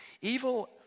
Evil